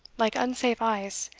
like unsafe ice,